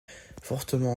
fortement